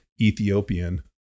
Ethiopian